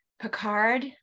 Picard